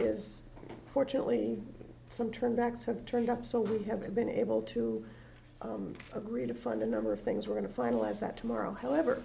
is fortunately some turned backs have turned up so we haven't been able to agree to fund a number of things we're going to finalize that tomorrow however